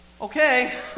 Okay